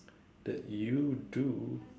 that you do